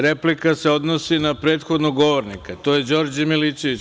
Replika se odnosi na prethodnog govornika, a to je Đorđe Milićević.